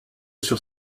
sur